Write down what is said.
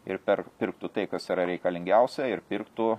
ir per pirktų tai kas yra reikalingiausia ir pirktų